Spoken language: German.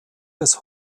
des